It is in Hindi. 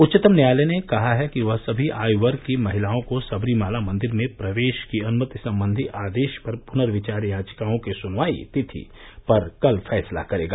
उच्चतम न्यायालय ने कहा है कि वह सभी आय वर्ग की महिलाओं को सबरीमला मंदिर में प्रवेश की अनुमति संबंधी आदेश पर पुनर्विचार याचिकाओं की सुनवाई तिथि पर कल फैसला करेगा